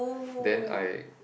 then I